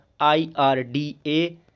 IRDA